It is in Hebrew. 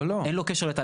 אין לו קשר לתהליכים.